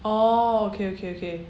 oh okay okay okay